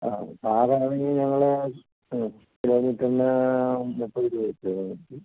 ആ കാറാണെങ്കിൽ ഞങ്ങളുടെ ആ കിലോമീറ്റർന് മുപ്പത് രൂപ വെച്ച് വരും